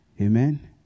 amen